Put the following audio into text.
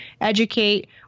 educate